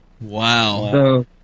Wow